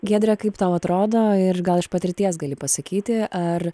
giedre kaip tau atrodo ir gal iš patirties gali pasakyti ar